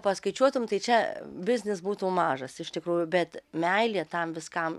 paskaičiuotum tai čia biznis būtų mažas iš tikrųjų bet meilė tam viskam